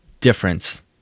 difference